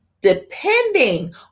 depending